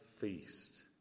feast